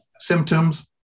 symptoms